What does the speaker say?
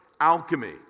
alchemy